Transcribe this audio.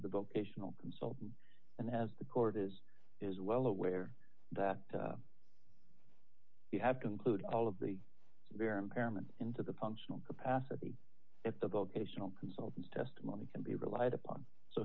the vocational consultant and as the court is is well aware that you have to include all of the their impairment into the punctual capacity if the vocational consultant testimony can be relied upon so